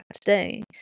today